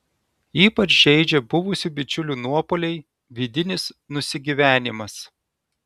ypač žeidžia buvusių bičiulių nuopuoliai vidinis nusigyvenimas